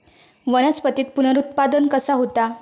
वनस्पतीत पुनरुत्पादन कसा होता?